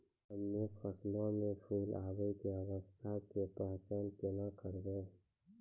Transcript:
हम्मे फसलो मे फूल आबै के अवस्था के पहचान केना करबै?